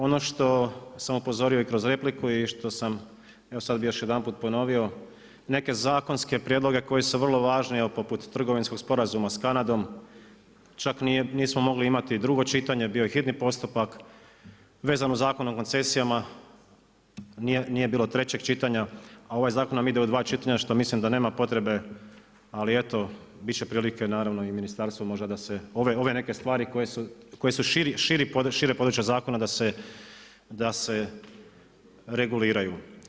Ono što sam upozorio i kroz repliku i što sam evo sad bi još jedanput ponovio, neke zakonske prijedloge koji su vrlo važni, poput trgovinskog sporazuma sa Kanadom, čak nismo mogli imati drugo čitanje, bio je hitni postupak, vezano o Zakonu o koncesijama, nije bilo trećeg čitanja, a ovaj zakon nam ide u dva čitanja što mislim da nema potrebe ali eto, bit će prilike naravno, i ministarstvo možda da se, ove neke stvari koje su šire područje zakona da se reguliraju.